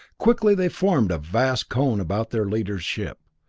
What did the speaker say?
quickly they formed a vast cone about their leader's ship,